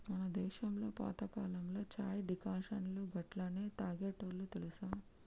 మన దేసంలో పాతకాలంలో చాయ్ డికాషన్ను గట్లనే తాగేటోల్లు తెలుసా